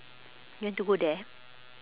you want to go there